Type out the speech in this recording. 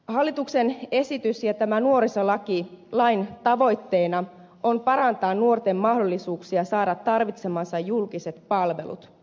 hallituksen esityksen ja tämän nuorisolain tavoitteena on parantaa nuorten mahdollisuuksia saada tarvitsemansa julkiset palvelut